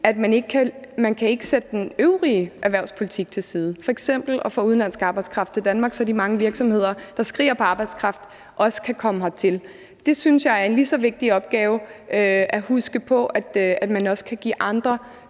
at man ikke kan sætte den øvrige erhvervspolitik til side – f.eks. det at få udenlandsk arbejdskraft til Danmark, så de mange virksomheder, der skriger på arbejdskraft, også kan få medarbejdere hertil. Det synes jeg er en lige så vigtig opgave at huske på, altså at man også kan give andre